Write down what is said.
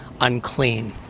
unclean